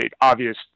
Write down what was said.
obvious